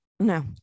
No